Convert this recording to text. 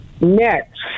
Next